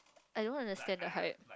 I don't understand the hype